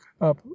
up